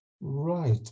Right